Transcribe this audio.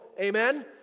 Amen